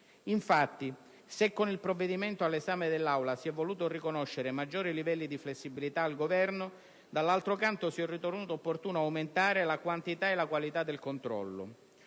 Infatti, se con il provvedimento all'esame dell'Aula si è voluto riconoscere un maggiore livello di flessibilità al Governo, dall'altro canto si è ritenuto opportuno aumentare la quantità e la qualità del controllo.